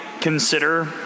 consider